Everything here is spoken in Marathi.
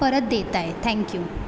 परत देत आहे थँक्यू